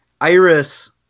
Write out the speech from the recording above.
Iris